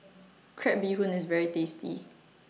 Crab Bee Hoon IS very tasty